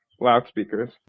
loudspeakers